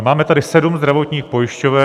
Máme tady sedm zdravotních pojišťoven.